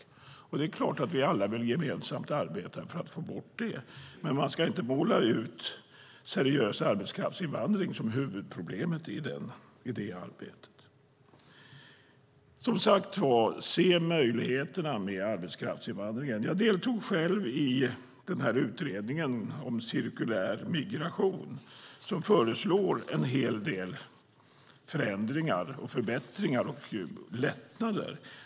Det är klart att vi alla vill arbeta gemensamt för att få bort det, men man ska inte måla ut seriös arbetskraftsinvandring som huvudproblemet i det arbetet. Se möjligheterna med arbetskraftsinvandringen! Jag deltog själv i utredningen om cirkulär migration som föreslår en hel del förändringar, förbättringar och lättnader.